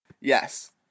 Yes